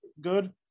good